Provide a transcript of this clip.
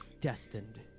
destined